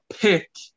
pick